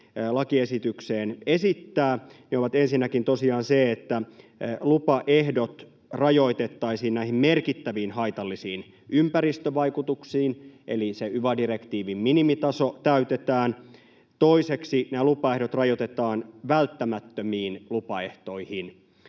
lakiesitykseen esittää, ovat ensinnäkin tosiaan se, että lupaehdot rajoitettaisiin näihin merkittäviin, haitallisiin ympäristövaikutuksiin, eli se yva-direktiivin minimitaso täytetään. Toiseksi nämä lupaehdot rajoitetaan välttämättömiin lupaehtoihin.